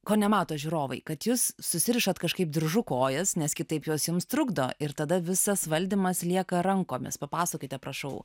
ko nemato žiūrovai kad jūs susirišate kažkaip diržu kojas nes kitaip jos jums trukdo ir tada visas valdymas lieka rankomis papasakokite prašau